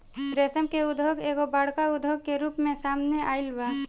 रेशम के उद्योग एगो बड़का उद्योग के रूप में सामने आइल बा